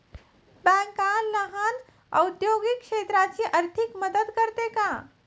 Bank लहान औद्योगिक क्षेत्राची आर्थिक मदत करते का?